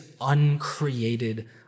uncreated